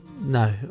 no